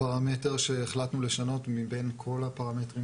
הפרמטר שהחלטנו לשנות מבין כל הפרמטרים